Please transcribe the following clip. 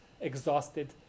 exhausted